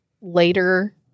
later